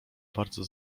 bardzo